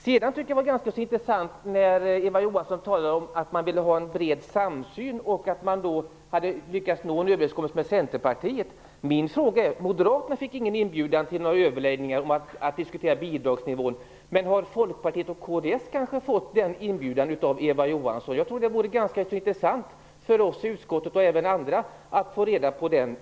Jag tyckte vidare att det var ganska intressant när Eva Johansson talade om att man ville ha en bred samsyn och hade lyckats nå en överenskommelse med Centerpartiet. Min fråga är då: Eftersom moderaterna inte fick någon inbjudan till några överläggningar om att diskutera bidragsnivån, har kanske Folkpartiet och Kristdemokraterna fått en sådan inbjudan från Eva Johansson? Det vore ganska intressant för oss i utskottet och även för andra att få reda på det.